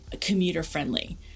commuter-friendly